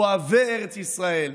אוהבי ארץ ישראל,